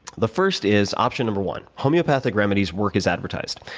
the first is option number one, homeopathic remedies work as advertised.